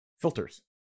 Filters